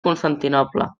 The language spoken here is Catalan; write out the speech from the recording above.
constantinoble